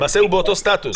למעשה הוא באותו סטטוס,